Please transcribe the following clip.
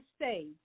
say